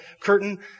curtain